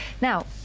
Now